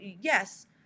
yes